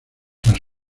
tras